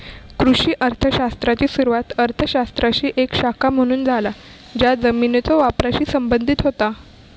कृषी अर्थ शास्त्राची सुरुवात अर्थ शास्त्राची एक शाखा म्हणून झाला ज्या जमिनीच्यो वापराशी संबंधित होता